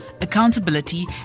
accountability